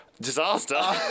Disaster